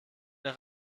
nach